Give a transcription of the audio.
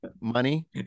money